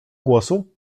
głosu